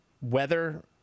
weather